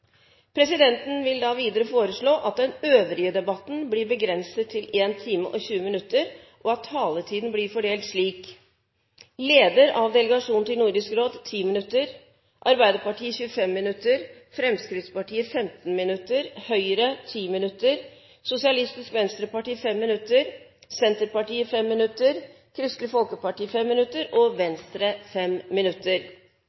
Presidenten vil videre foreslå at den øvrige debatten blir begrenset til 1 time og 20 minutter, og at taletiden blir fordelt slik: Leder for delegasjonen til Nordisk råd 10 minutter, Arbeiderpartiet 25 minutter, Fremskrittspartiet 15 minutter, Høyre 10 minutter, Sosialistisk Venstreparti 5 minutter, Senterpartiet 5 minutter, Kristelig Folkeparti 5 minutter og